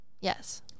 Yes